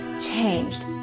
changed